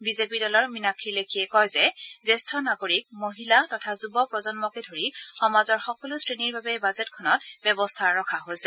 BJP দলৰ মিনাক্ষী লেখিয়ে কৈছে যে জ্যেষ্ঠ নাগৰিৰক মহিলা তথা যুৱ প্ৰজন্মকে ধৰি সমাজৰ সকলো শ্ৰেণীৰ বাবে বাজেট খনত ব্যৱস্থা ৰখা হৈছে